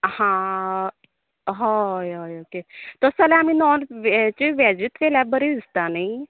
हा हय हय ओके तशे जाल्या र आनी व्हेजूच केल्यार बरे दिसता